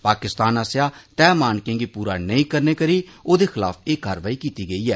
पाकिस्तान आस्सेआ तय मानकें गी पूरा नेंई करने करी औदे खिलाफ एह कारवाई कीती गेई ऐ